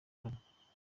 kane